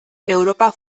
europa